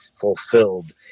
fulfilled